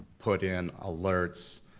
put in alerts,